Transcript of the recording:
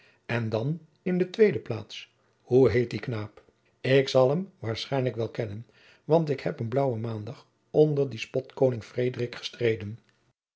en dan in de tweede plaats hoe heet die knaap ik zal hem waarschijnlijk wel kennen want ik heb een blaauwen maandag onder dien spotkoning frederik gestreden